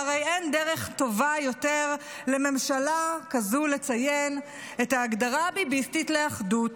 והרי אין דרך טובה יותר לממשלה כזו לציין את ההגדרה הביביסטית לאחדות,